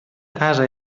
casa